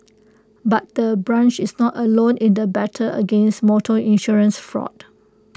but the branch is not alone in the battle against motor insurance fraud